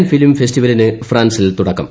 can ഫിലിംഫെസ്റ്റിവെലിന് ഫ്രാൻസിൽ തുടക്കം